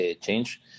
change